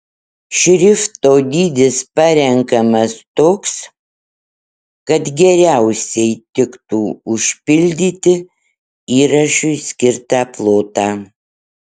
šrifto dydis parenkamas toks kad geriausiai tiktų užpildyti įrašui skirtą plotą